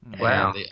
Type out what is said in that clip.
Wow